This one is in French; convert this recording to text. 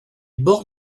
bords